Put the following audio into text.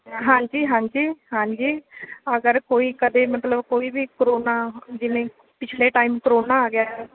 ਹਾਂਜੀ ਹਾਂਜੀ ਹਾਂਜੀ ਅਗਰ ਕੋਈ ਕਦੇ ਮਤਲਬ ਕੋਈ ਵੀ ਕਰੋਨਾ ਜਿਵੇਂ ਪਿਛਲੇ ਟਾਈਮ ਕਰੋਨਾ ਆ ਗਿਆ